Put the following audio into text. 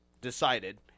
decided